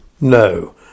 No